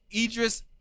Idris